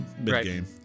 mid-game